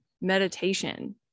meditation